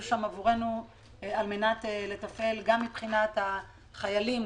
שם עבורנו על מנת לטפל גם מבחינת החיילים,